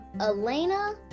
Elena